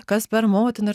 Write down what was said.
kas per motina